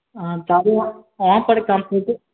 अहाँ तऽ आबू वहाँपर कम्पूटर